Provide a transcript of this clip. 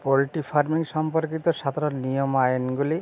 poultry farming সম্পর্কিত সাধারণ নিয়ম আইনগুলি